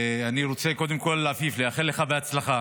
אני רוצה קודם כול, עפיף, לאחל לך הצלחה.